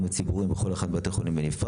פרקי זמן מרביים.